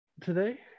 today